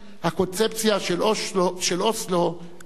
הקונספציה של אוסלו כשלה.